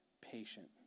patient